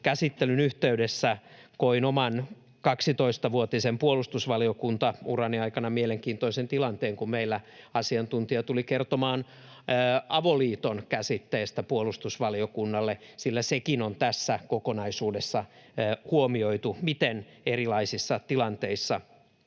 käsittelyn yhteydessä koin myös oman 12-vuotisen puolustusvaliokuntaurani ajan mielenkiintoisimman tilanteen, kun meillä asiantuntija tuli kertomaan avoliiton käsitteestä puolustusvaliokunnalle, sillä sekin on tässä kokonaisuudessa huomioitu, miten erilaisissa tilanteissa voidaan